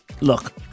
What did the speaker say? Look